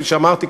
כפי שאמרתי,